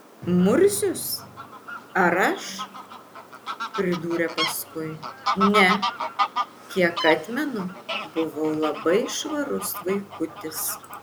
murzius ar aš pridūrė paskui ne kiek atmenu buvau labai švarus vaikutis